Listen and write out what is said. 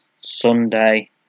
Sunday